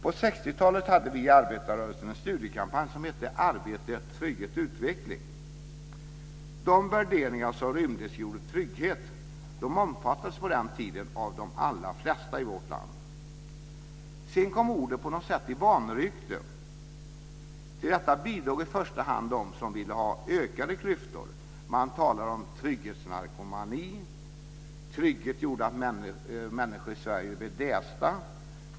På 60-talet hade vi i arbetarrörelsen en studiekampanj som gick under namnet Arbete, trygghet, utveckling. De värderingar som rymdes i ordet trygghet omfattades på den tiden av de allra flesta i vårt land. Sedan kom ordet i vanrykte. Till detta bidrog i första hand de som ville ha ökade klyftor. De talade om trygghetsnarkomani. Trygghet gjorde att människor i Sverige blev dästa.